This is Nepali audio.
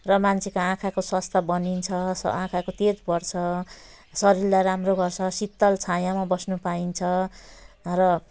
र मान्छेको आँखाको स्वास्थ्य बनिन्छ आँखाको तेज बढ्छ शरीरलाई राम्रो गर्छ शीतल छायामा बस्नु पाइन्छ र